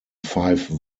five